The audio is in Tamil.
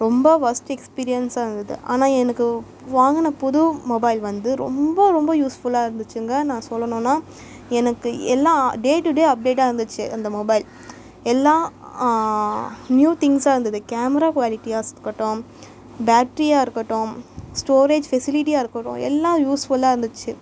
ரொம்ப ஒஸ்ட் எக்ஸ்பீரியன்ஸாக இருந்தது ஆனால் எனக்கு வாங்கின புது மொபைல் வந்து ரொம்ப ரொம்ப யூஸ்ஃபுல்லாக இருந்துச்சுங்க நான் சொல்லணுன்னால் எனக்கு எல்லா டே டு டே அப்டேட்டாக இருந்துச்சு அந்த மொபைல் எல்லா நியூ திங்க்ஸ்ஸாக இருந்தது கேமரா குவாலிடியாஸ் இருக்கட்டும் பேட்ரியாக இருக்கட்டும் ஸ்டோரேஜ் ஃபெசிலிட்டியாக இருக்கட்டும் எல்லாம் யூஸ்ஃபுல்லாக இருந்துச்சு